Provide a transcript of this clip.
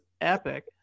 epic